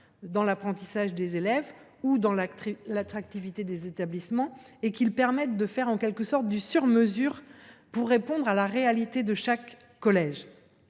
pour l’apprentissage des élèves ou pour l’attractivité des établissements et qu’ils permettent de faire du sur mesure et de répondre à la réalité de chaque collège.